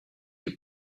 your